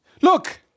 Look